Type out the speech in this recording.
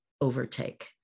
overtake